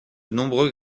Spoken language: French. nombreux